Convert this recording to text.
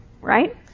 Right